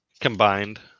combined